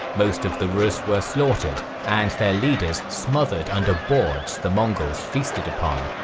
most of the rus' were slaughtered and their leaders smothered under boards the mongols feasted upon.